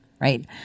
right